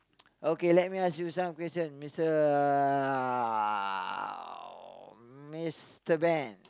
okay let me ask you some question Mister uh Mister Band